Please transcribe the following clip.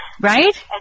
Right